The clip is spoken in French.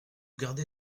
gardez